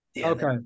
Okay